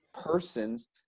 persons